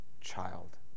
child